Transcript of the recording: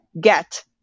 get